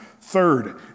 Third